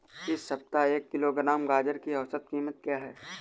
इस सप्ताह एक किलोग्राम गाजर की औसत कीमत क्या है?